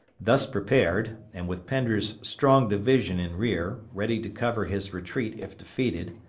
thus prepared, and with pender's strong division in rear, ready to cover his retreat if defeated,